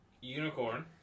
Unicorn